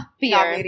fear